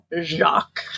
Jacques